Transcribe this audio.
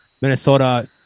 Minnesota